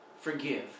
forgive